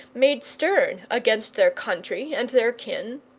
made stern against their country and their kin.